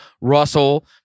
Russell